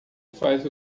faz